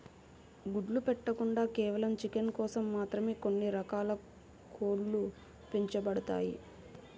గుడ్లు పెట్టకుండా కేవలం చికెన్ కోసం మాత్రమే కొన్ని రకాల కోడ్లు పెంచబడతాయి